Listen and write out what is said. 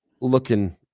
looking